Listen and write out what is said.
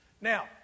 Now